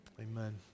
Amen